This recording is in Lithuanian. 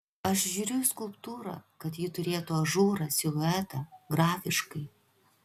aš žiūriu į skulptūrą kad ji turėtų ažūrą siluetą grafiškai